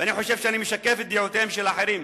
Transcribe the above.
ואני חושב שאני משקף את דעותיהם של אחרים,